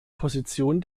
position